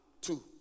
two